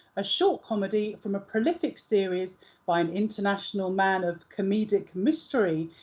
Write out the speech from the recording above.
a short comedy from a prolific series by an international man of comedic mystery.